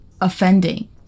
offending